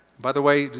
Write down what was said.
by the way,